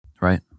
Right